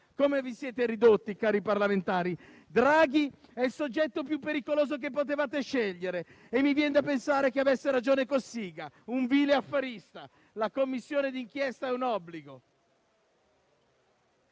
Come vi siete ridotti, cari parlamentari. Draghi è il soggetto più pericoloso che potevate scegliere e mi viene da pensare che aveva ragione Cossiga quando lo definì un vile affarista. La Commissione d'inchiesta è un obbligo.